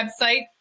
website